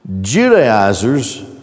Judaizers